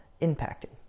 impacted